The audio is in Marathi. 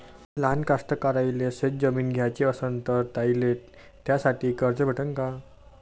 लहान कास्तकाराइले शेतजमीन घ्याची असन तर त्याईले त्यासाठी कर्ज भेटते का?